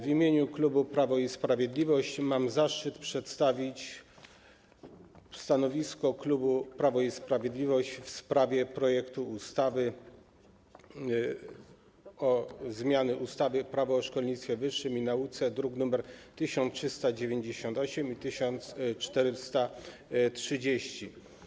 W imieniu klubu Prawo i Sprawiedliwość mam zaszczyt przedstawić stanowisko klubu Prawo i Sprawiedliwość w sprawie projektu ustawy o zmianie ustawy - Prawo o szkolnictwie wyższym i nauce, druki nr 1398 i 1430.